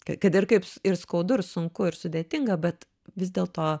kad ir kaip ir skaudu ir sunku ir sudėtinga bet vis dėlto